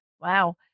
Wow